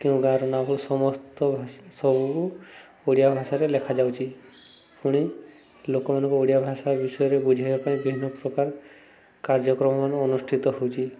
କେଉଁ ଗାଁର ନାଁ ସମସ୍ତ ସବୁ ଓଡ଼ିଆ ଭାଷାରେ ଲେଖାଯାଉଛି ପୁଣି ଲୋକମାନଙ୍କୁ ଓଡ଼ିଆ ଭାଷା ବିଷୟରେ ବୁଝାଇବା ପାଇଁ ବିଭିନ୍ନ ପ୍ରକାର କାର୍ଯ୍ୟକ୍ରମମାନ ଅନୁଷ୍ଠିତ ହେଉଛି